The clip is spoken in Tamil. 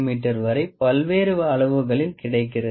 மீ வரை பல்வேறு அளவுகளில் கிடைக்கிறது